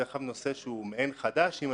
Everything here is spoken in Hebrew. זה נושא מעין חדש.